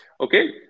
okay